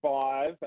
five